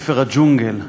"ספר הג'ונגל".